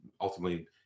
ultimately